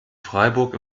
freiburg